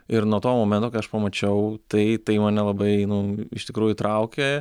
ir nuo to momento kai aš pamačiau tai tai man nelabai nu iš tikrųjų traukė